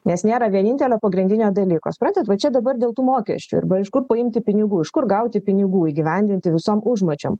nes nėra vienintelio pagrindinio dalyko suprantat va čia dabar dėl tų mokesčių arba iš kur paimti pinigų iš kur gauti pinigų įgyvendinti visom užmačiom